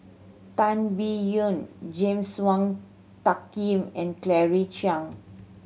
Tan Biyun James Wong Tuck Yim and Claire Chiang